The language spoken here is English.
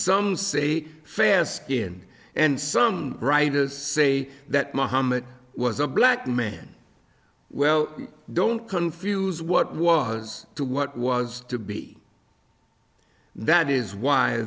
some say fair skin and some writers say that mohammed was a black man well don't confuse what was to what was to be that is why